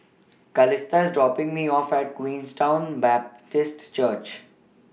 Calista IS dropping Me off At Queenstown Baptist Church